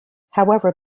however